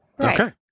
Okay